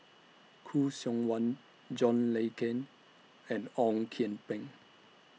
Khoo Seok Wan John Le Cain and Ong Kian Peng